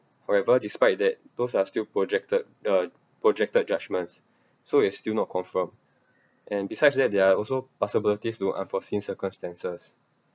however despite that those are still projected uh projected judgments so is still not confirm and besides that there are also possibilities to unforeseen circumstances